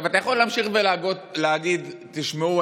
אתה יכול להמשיך ולהגיד: תשמעו,